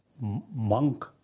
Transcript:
monk